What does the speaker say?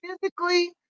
physically